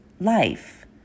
life